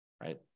right